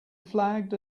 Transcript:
flagged